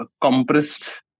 compressed